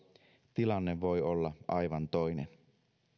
tilanne voi olla aivan toinen